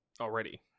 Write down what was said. already